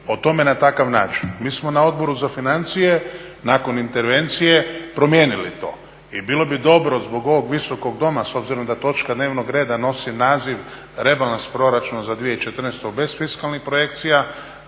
o tome na takav način. Mi smo na Odboru za financije nakon intervencije promijenili to i bilo bi dobro zbog ovog Visokog doma, s obzirom da točka dnevnog reda nosi naziv rebalans proračuna za 2014., ali bez fiskalnih projekcija,